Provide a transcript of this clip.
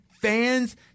fans